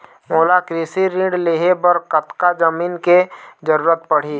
मोला कृषि ऋण लहे बर कतका जमीन के जरूरत पड़ही?